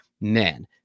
man